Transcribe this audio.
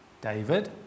David